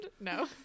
No